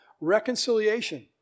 reconciliation